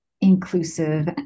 inclusive